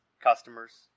Customers